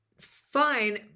fine